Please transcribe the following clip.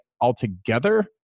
altogether